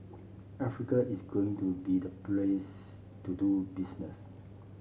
Africa is going to be the place to do business